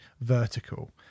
vertical